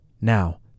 Now